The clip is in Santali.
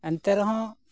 ᱮᱱᱛᱮ ᱨᱮᱦᱚᱸ